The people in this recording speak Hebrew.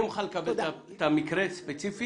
אני מוכן לקבל את המקרה הספציפי.